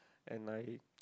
and I